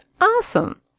awesome